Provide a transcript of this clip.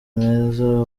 meza